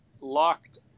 locked